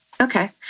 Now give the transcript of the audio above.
Okay